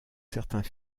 certains